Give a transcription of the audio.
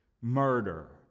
murder